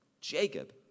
Jacob